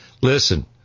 listen